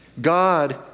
God